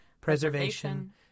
preservation